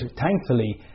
thankfully